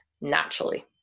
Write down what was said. naturally